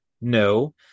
No